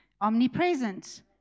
omnipresent